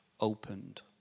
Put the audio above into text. opened